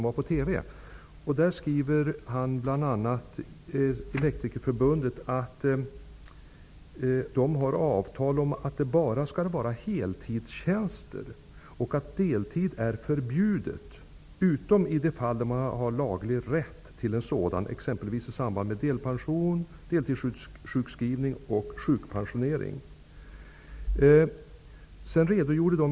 Elektrikerförbundet skriver bl.a. att man har ett avtal som innebär att det bara skall vara heltidstjänster och att deltidstjänstgöring är förbjuden, utom i det fall där man har laglig rätt till en sådan, exempelvis i samband med delpension, deltidssjukskrivning eller sjukpensionering.